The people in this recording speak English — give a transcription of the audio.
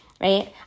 right